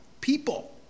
people